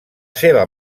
seva